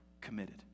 committed